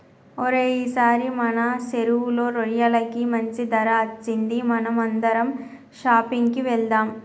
ఓరై ఈసారి మన సెరువులో రొయ్యలకి మంచి ధర అచ్చింది మనం అందరం షాపింగ్ కి వెళ్దాం